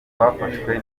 bafashwe